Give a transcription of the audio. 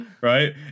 Right